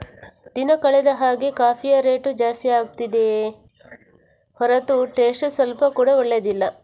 ದಿನ ಕಳೆದ ಹಾಗೇ ಕಾಫಿಯ ರೇಟು ಜಾಸ್ತಿ ಆಗ್ತಿದೆಯೇ ಹೊರತು ಟೇಸ್ಟ್ ಸ್ವಲ್ಪ ಕೂಡಾ ಒಳ್ಳೇದಿಲ್ಲ